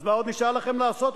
אז מה עוד נשאר לכם לעשות,